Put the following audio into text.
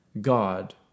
God